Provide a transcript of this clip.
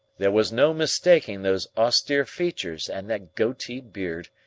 there was no mistaking those austere features and that goatee beard.